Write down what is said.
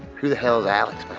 who the hell's alex,